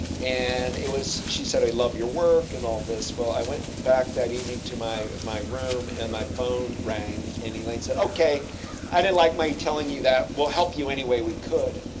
and, it was, she said i love your work and all this. so i went back that evening to my my room and my phone rang. and, elaine said okay i didn't like my telling you that, we'll help you anyway we could.